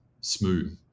smooth